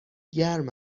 گرم